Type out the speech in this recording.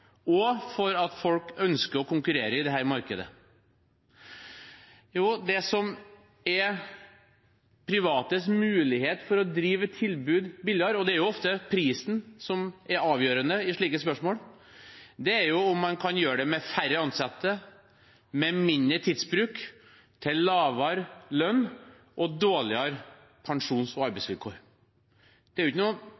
og for at folk ønsker å konkurrere i dette markedet. Det som er privates mulighet til å drive et tilbud billigere – og det er ofte prisen som er avgjørende i slike spørsmål – er om man kan gjøre det med færre ansatte, med mindre tidsbruk, til lavere lønn og dårligere pensjons- og